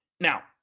now